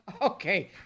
Okay